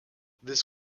this